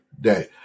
day